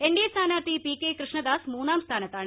N D A സ്ഥാനാർത്ഥി P K Krishnadas മൂന്നാം സ്ഥാനത്താണ്